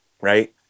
right